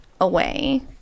away